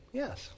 yes